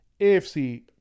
AFC